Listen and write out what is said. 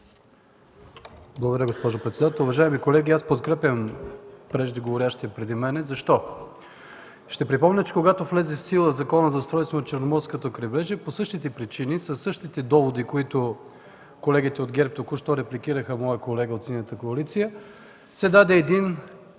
Благодаря, госпожо председател. Уважаеми колеги, аз подкрепям преждеговорившите. Защо? Ще припомня, че когато влезе в сила Законът за устройство на Черноморското крайбрежие по същите причини, със същите доводи, с които колегите от ГЕРБ току-що репликираха моя колега от Синята коалиция, се даде един